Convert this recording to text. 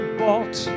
bought